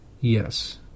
Yes